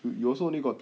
you you also only got